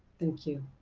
thank you.